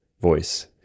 voice